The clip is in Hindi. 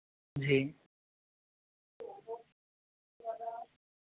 जी